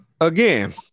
Again